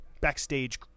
backstage